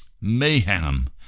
mayhem